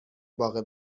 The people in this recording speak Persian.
باغ